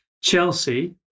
Chelsea